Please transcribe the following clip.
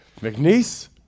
McNeese